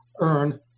earn